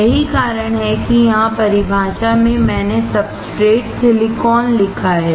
यही कारण है कि यहां परिभाषा में मैंने सब्सट्रेट सिलिकॉन लिखा है